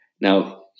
Now